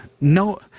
no